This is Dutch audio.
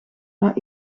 naar